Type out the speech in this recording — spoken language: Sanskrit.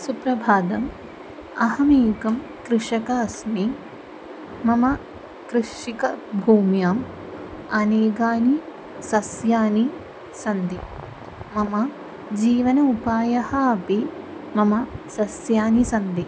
सुप्रभातम् अहमेकं कृषकः अस्मि मम कृषिभूम्याम् अनेकानि सस्यानि सन्ति मम जीवनोपायः अपि मम सस्यानि सन्ति